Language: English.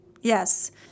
yes